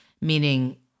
meaning